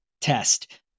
Test